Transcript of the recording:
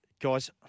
Guys